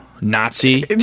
Nazi